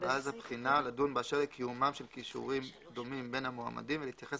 על ועדת הבחינה לדון באשר לקיומם של כישורים דומים בין המועמדים ולהתייחס